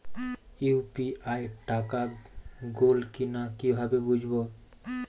UPI টাকা গোল কিনা কিভাবে বুঝব?